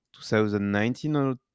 2019